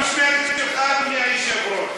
זה במשמרת שלך, אדוני היושב-ראש.